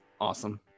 awesome